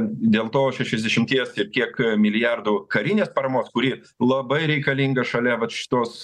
dėl to šešiasdešimties ir kiek milijardų karinės paramos kuri labai reikalinga šalia vat šitos